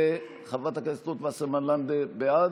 וחברת הכנסת רות וסרמן לנדה, בעד.